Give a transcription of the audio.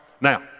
Now